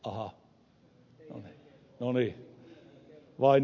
aha vai niin